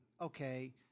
okay